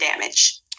damage